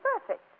perfect